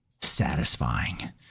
satisfying